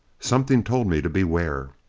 something told me to beware.